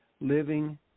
Living